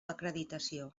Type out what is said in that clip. acreditació